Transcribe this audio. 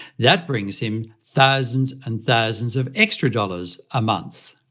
that brings him thousands and thousands of extra dollars a month.